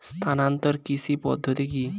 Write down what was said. স্থানান্তর কৃষি পদ্ধতি কি?